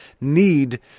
need